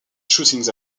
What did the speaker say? shooting